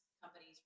companies